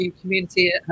community